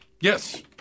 Yes